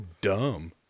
dumb